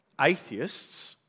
atheists